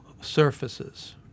surfaces